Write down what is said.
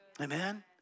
Amen